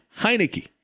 Heineke